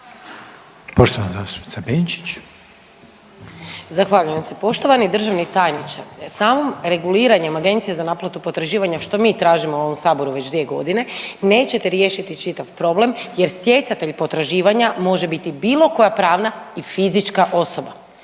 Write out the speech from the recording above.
Sandra (Možemo!)** Zahvaljujem vam se. Poštovani državni tajniče, samim reguliranjem Agencije za naplatu potraživanja što mi tražimo u ovom saboru već 2.g. nećete riješiti čitav problem jer stjecatelj potraživanja može biti bilo koja pravna i fizička osoba